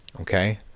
Okay